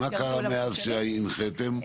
מה קרה מאז שהנחיתם?